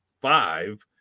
five